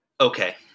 Okay